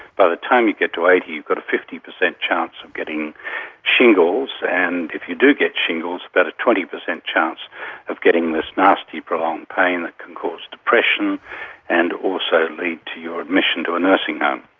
by the time you get to eighty you've got a fifty percent chance of getting shingles, and if you do get shingles about a twenty percent chance of getting this nasty prolonged pain that can cause depression and also lead to your admission to a nursing home.